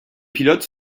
pilotes